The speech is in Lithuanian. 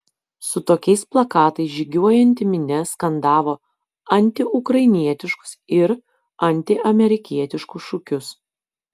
su tokiais plakatais žygiuojanti minia skandavo antiukrainietiškus ir antiamerikietiškus šūkius